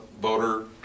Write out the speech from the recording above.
voter